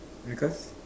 because